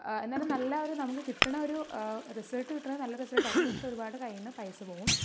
എന്നാലും നല്ലൊരു നമുക്ക് കിട്ടുന്ന ഒരു റിസൾട്ട് കിട്ടുന്നത് നല്ല റിസൾട്ട് ആയിരിക്കും പക്ഷെ ഒരുപാട് കൈയിൽ നിന്ന് പൈസ പോകും